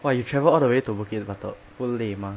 !wah! you travel all the way to bukit batok 不累吗